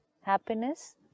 happiness